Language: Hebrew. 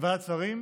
לוועדת שרים,